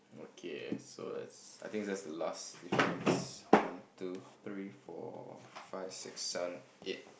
okay so let's I think that's the last difference one two three four five six seven eight